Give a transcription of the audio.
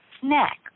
snack